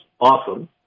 awesome